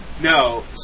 No